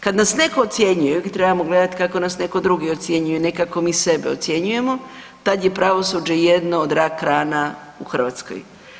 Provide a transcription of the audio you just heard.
Kad nas netko ocjenjuje, uvijek trebamo gledati kako nas netko drugi ocjenjuje, ne kako mi sebe ocjenjujemo tad je pravosuđe jedno od rak rana u Hrvatskoj.